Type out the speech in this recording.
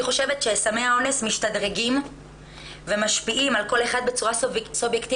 אני חושבת שסמי האונס משתדרגים ומשפיעים על כל אחד בצורה סובייקטיבית,